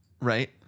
Right